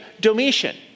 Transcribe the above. Domitian